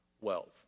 wealth